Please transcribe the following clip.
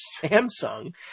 Samsung